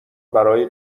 برای